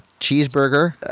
cheeseburger